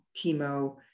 chemo